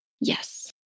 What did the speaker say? yes